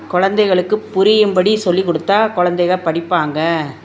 குலந்தைகளுக்கு புரியும்படி சொல்லிக் கொடுத்தா குலந்தைக படிப்பாங்க